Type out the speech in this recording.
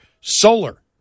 Solar